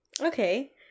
Okay